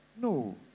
No